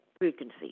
frequency